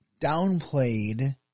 downplayed